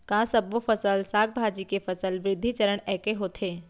का सबो फसल, साग भाजी के फसल वृद्धि चरण ऐके होथे?